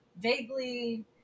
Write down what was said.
vaguely